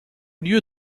lieu